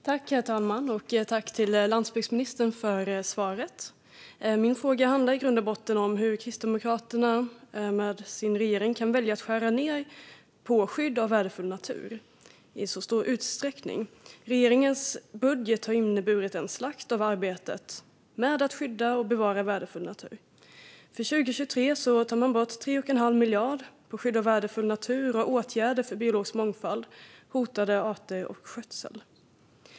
Herr talman! Jag tackar landsbygdsministern för svaret. Min fråga handlar i grund och botten om hur Kristdemokraterna med sin regering kan välja att skära ned på skydd av värdefull natur i så stor utsträckning. Regeringens budget har inneburit en slakt av arbetet med att skydda och bevara värdefull natur. För 2023 tar man bort 3 1⁄2 miljard för skydd av värdefull natur och åtgärder för biologisk mångfald, hotade arter och skötsel.